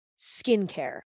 skincare